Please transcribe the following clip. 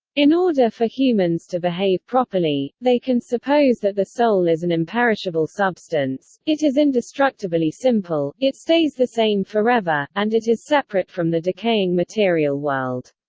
in order for humans to behave properly, they can suppose that the soul is an imperishable substance, it is indestructibly simple, it stays the same forever, and it is separate from the decaying material world.